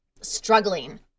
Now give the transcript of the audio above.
struggling